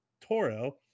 toro